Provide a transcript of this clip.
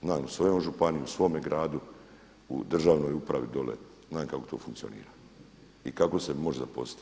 Znam u svojoj županiji, u svome gradu, u državnoj upravi dole znam kako to funkcionira i kako se možeš zaposliti.